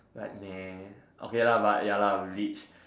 like nah okay lah ya lah leech